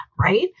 right